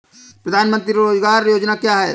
प्रधानमंत्री रोज़गार योजना क्या है?